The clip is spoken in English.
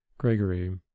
Gregory